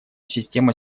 система